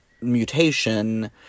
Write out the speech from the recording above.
mutation